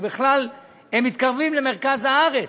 הם מתקרבים למרכז הארץ,